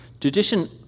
Tradition